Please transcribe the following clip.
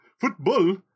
Football